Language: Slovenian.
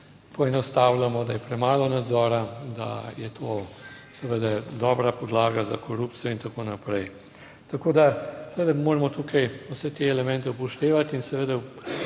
poenostavljamo, da je premalo nadzora, da je to seveda dobra podlaga za korupcijo in tako naprej. Tako da se moramo tukaj vse te elemente upoštevati in seveda v